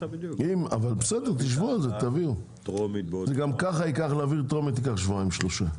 להעביר טרומית, יעברו שבועיים-שלושה.